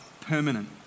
permanent